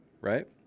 right